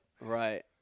Right